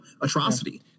atrocity